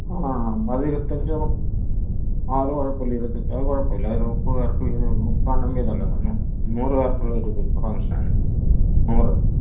ആ അത് ഇരുപത്തഞ്ച് എണ്ണം അത് കുഴപ്പമില്ല ഇരുപത്തെട്ട് അത് കുഴപ്പമില്ല അത് ഒര് മുപ്പത് പേർക്ക് മുപ്പത് എണ്ണം വീതമല്ലേ നൂറ് പേർക്കുള്ള ഒരു ഇത് ഫങ്ങ്ഷനാണ് നൂറ്